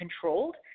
controlled